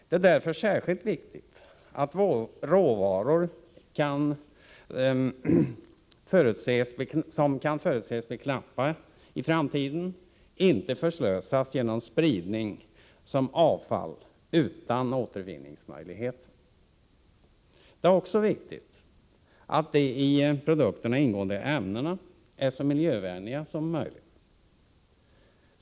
Det är därför särskilt viktigt att de råvaror som man kan förutse att det blir knappt om i framtiden inte förslösas genom spridning som avfall utan återvinningsmöjligheter. Det är också viktigt att de i produkterna ingående ämnena är så miljövänliga som möjligt.